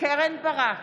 קרן ברק,